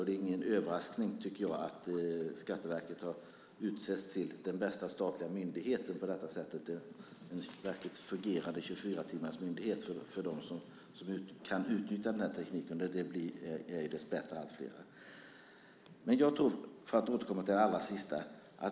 Det är ingen överraskning att Skatteverket har utsetts till den bästa statliga myndigheten. Det är en verkligt fungerande 24-timmarsmyndighet för dem som kan utnyttja tekniken. De blir dessbättre allt fler. Låt mig återkomma till det allra sista.